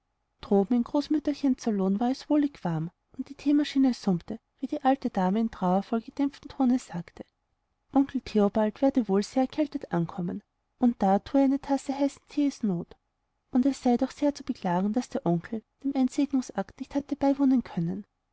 droben in großmütterchens salon sei es wohlig warm und die theemaschine summe wie die alte dame in trauervoll gedämpftem tone sagte onkel theobald werde wohl sehr erkältet ankommen und da thue eine tasse heißen thees not und es sei doch sehr zu beklagen daß der onkel dem einsegnungsakt nicht habe beiwohnen können